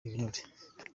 ibinure